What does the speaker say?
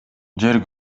жер